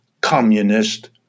Communist